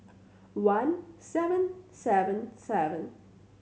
one seven seven seven